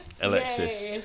Alexis